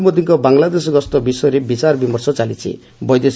ପ୍ରଧାନମନ୍ତ୍ରୀ ନରେନ୍ଦ୍ର ମୋଦିଙ୍କ ବାଂଲାଦେଶ ଗସ୍ତ ବିଷୟରେ ବିଚାର ବିମର୍ଷ ଚାଲିଛି